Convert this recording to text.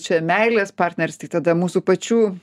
čia meilės partneris tai tada mūsų pačių